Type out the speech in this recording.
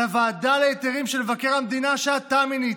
על הוועדה להיתרים של מבקר המדינה, שאתה מינית,